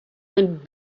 ein